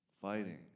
fighting